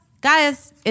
guys